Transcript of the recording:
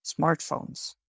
smartphones